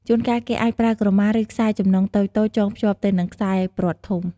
ជួនកាល គេអាចប្រើក្រមា ឬខ្សែចំណងតូចៗចងភ្ជាប់ទៅនឹងខ្សែព្រ័ត្រធំ។